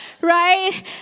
Right